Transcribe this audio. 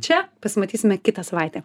čia pasimatysime kitą savaitę